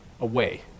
away